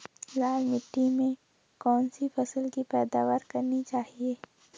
लाल मिट्टी में कौन सी फसल की पैदावार करनी चाहिए?